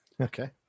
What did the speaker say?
Okay